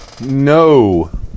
No